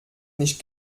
nicht